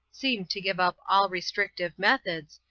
seem to give up all restrictive methods,